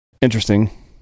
Interesting